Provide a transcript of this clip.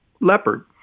leopard